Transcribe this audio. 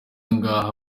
ngaha